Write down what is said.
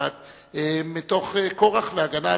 מתוך כורח והגנה עצמית.